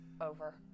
over